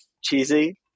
cheesy